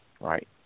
right